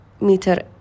meter